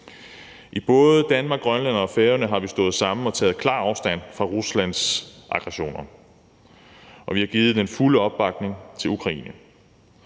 I både Danmark, Grønland og Færøerne har vi stået sammen og taget klar afstand fra Ruslands aggressioner, og vi har givet den fulde opbakning til Ukraine.